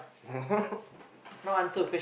oh